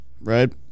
Right